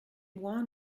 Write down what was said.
moi